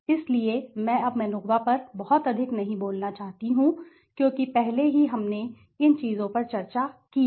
इसलिए मैं अब मैनोवापर बहुत अधिक नहीं बोलना चाहता हूं क्योंकि पहले से ही हमने इन चीजों पर चर्चा की है